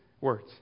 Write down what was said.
words